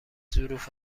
ظروف